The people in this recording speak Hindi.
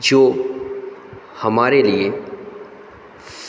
जो हमारे लिए